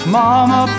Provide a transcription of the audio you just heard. Mama